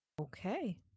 Okay